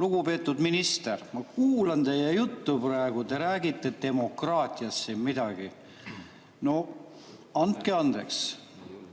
Lugupeetud minister! Ma kuulan teie juttu praegu, te räägite demokraatiast siin midagi. No andke andeks!